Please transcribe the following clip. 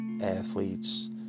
athletes